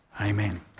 Amen